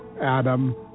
Adam